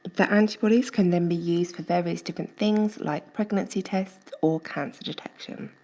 the antibodies can then be used for various different things like pregnancy tests or cancer detection.